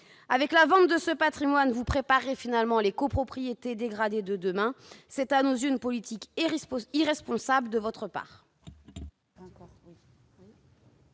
Avec la vente de ce patrimoine, vous préparez les copropriétés dégradées de demain. C'est à nos yeux une politique irresponsable de votre part.